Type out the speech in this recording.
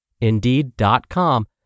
Indeed.com